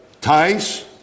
ties